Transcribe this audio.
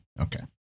okay